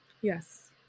Yes